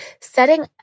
setting